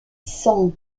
cent